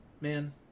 Man